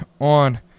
on